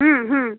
হুম হুম